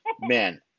man